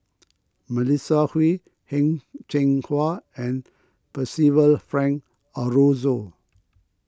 Melissa Kwee Heng Cheng Hwa and Percival Frank Aroozoo